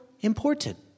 important